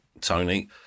Tony